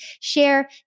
share